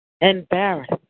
Embarrassed